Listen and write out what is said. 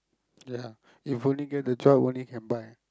ya if only get the job only can buy